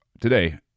Today